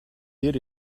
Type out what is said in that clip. did